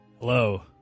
Hello